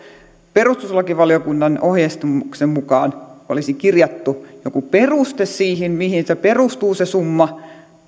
perustuslakivaliokunnan ohjeistuksen mukaan olisi kirjattu joku peruste siihen mihin se summa perustuu